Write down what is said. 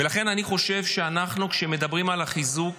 ולכן אני חושב שאנחנו, כשמדברים על החיזוק